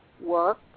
Work